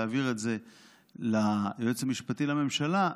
להעביר את זה ליועץ המשפטי לממשלה,